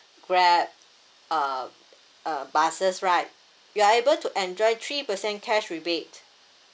Grab ugh uh buses right you are able to enjoy three percent cash rebate